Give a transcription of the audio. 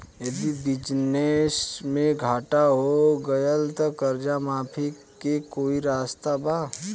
यदि बिजनेस मे घाटा हो गएल त कर्जा माफी के कोई रास्ता बा?